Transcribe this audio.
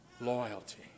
Loyalty